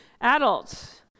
Adults